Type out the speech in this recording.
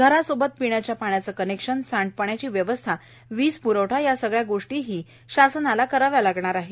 घरासोबत पिण्याच्या पाण्याचं कनेक्शनए सांडपाण्याची व्यवस्थाए वीज प्रवठा या सगळ्या गोष्टीही कराव्या लागणार आहेत